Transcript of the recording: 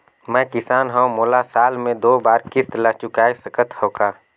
मैं किसान हव मोला साल मे दो बार किस्त ल चुकाय सकत हव का?